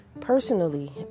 Personally